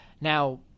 Now